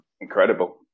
Incredible